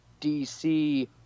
DC